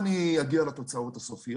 תודה רבה ובוקר טוב